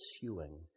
pursuing